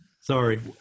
Sorry